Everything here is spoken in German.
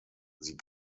sie